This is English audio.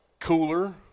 cooler